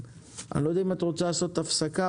אני לא יודע אם את רוצה לעשות הפסקה,